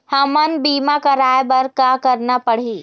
हमन बीमा कराये बर का करना पड़ही?